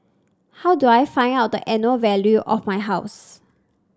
how do I find out the annual value of my house